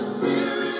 Spirit